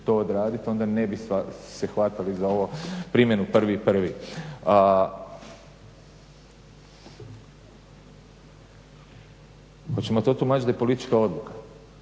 to odraditi onda ne bi se hvatali za ovo primjenu 1.1. Hoćemo to tumačiti da je politička odluka?